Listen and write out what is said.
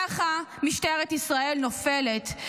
ככה משטרת ישראל נופלת.